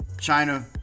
China